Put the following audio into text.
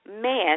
man